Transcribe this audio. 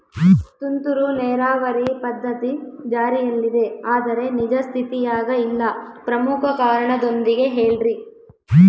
ತುಂತುರು ನೇರಾವರಿ ಪದ್ಧತಿ ಜಾರಿಯಲ್ಲಿದೆ ಆದರೆ ನಿಜ ಸ್ಥಿತಿಯಾಗ ಇಲ್ಲ ಪ್ರಮುಖ ಕಾರಣದೊಂದಿಗೆ ಹೇಳ್ರಿ?